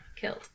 killed